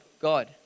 God